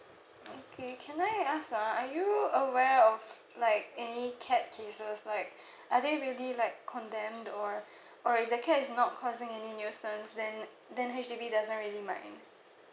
okay can I ask ah are you aware of like any cat cases like are they really like condemned or or if the cat is not causing any nuisance then then H_D_B doesn't really mind